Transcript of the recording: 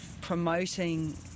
promoting